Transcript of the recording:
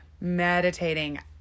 Meditating